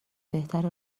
بهتره